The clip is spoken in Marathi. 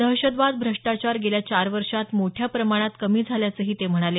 दहशतवाद भ्रष्टाचार गेल्या चार वर्षात मोठ्या प्रमाणात कमी झाल्याचंही ते म्हणाले